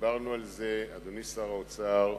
דיברנו על זה, אדוני שר האוצר,